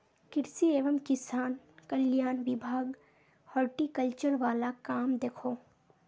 कृषि एवं किसान कल्याण विभाग हॉर्टिकल्चर वाल काम दखोह